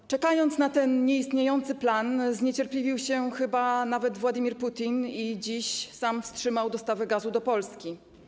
W oczekiwaniu na ten nieistniejący plan zniecierpliwił się chyba nawet Władimir Putin i dziś sam wstrzymał dostawę gazu do Polski.